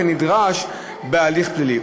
כנדרש בהליך פלילי.